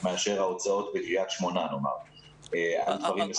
מאשר ההוצאות בקריית שמונה בדברים מסוימים.